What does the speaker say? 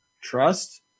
trust